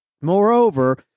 Moreover